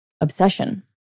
obsession